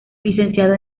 licenciado